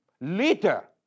leader